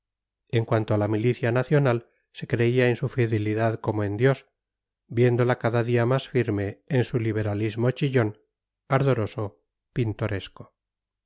en cuanto a la milicia nacional se creía en su fidelidad como en dios viéndola cada día más firme en su liberalismo chillón ardoroso pintoresco